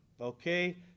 Okay